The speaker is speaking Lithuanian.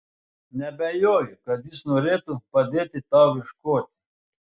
neabejoju kad jis norėtų padėti tau ieškoti